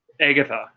Agatha